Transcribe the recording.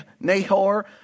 Nahor